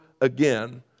again